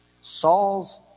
Saul's